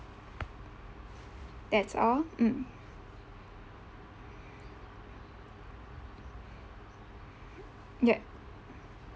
that's all mm yup